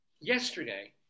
yesterday